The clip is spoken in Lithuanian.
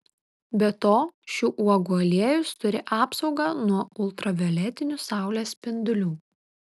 be to šių uogų aliejus turi apsaugą nuo ultravioletinių saulės spindulių